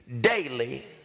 daily